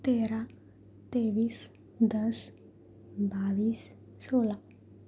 تیرہ تیٮٔس دس باٮٔیس سولہ